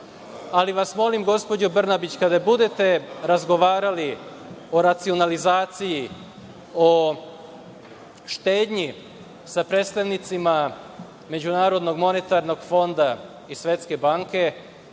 ali vas molim gospođo Brnabić, kada budete razgovarali o racionalizaciji, o štednji sa predstavnicima Međunarodnog monetarnog fonda i Svetske banke,